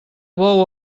bou